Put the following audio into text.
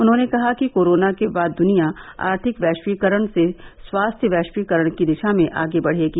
उन्होंने कहा कि कोरोना के बाद दुनिया आर्थिक वैश्वीकरण से स्वास्थ्य वैश्वीकरण की दिशा में आगे बढ़ेगी